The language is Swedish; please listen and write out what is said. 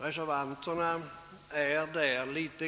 Reservanterna är litet ologiska.